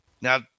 Now